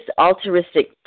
altruistic